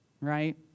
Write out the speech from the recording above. right